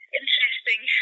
interesting